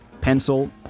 pencil